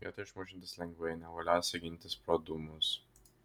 vietoj išmušiantis lengvai nevaliosią gintis pro dūmus